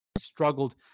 struggled